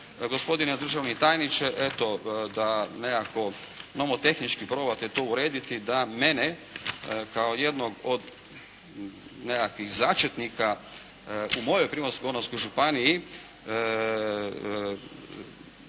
gospodine državni tajniče eto, da nekako nomotehnički probate to urediti, da mene kao jednog od nekakvih začetnika u mojoj Primorsko-goranskoj županiji